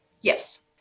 yes